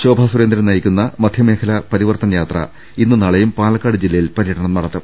ശോഭാസുരേന്ദ്രൻ നയിക്കുന്ന മധ്യമേഖലാ പരിവർത്തൻയാത്ര ഇന്നും നാളെയും പാലക്കാട് ജില്ലയിൽ പര്യടനം നടത്തും